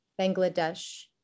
Bangladesh